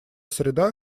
среда